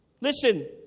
listen